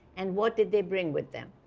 and what did they bring with them?